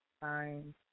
Fine